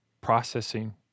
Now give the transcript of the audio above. processing